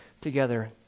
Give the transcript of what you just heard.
together